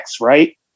Right